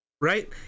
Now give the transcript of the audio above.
Right